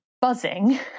buzzing